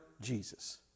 Jesus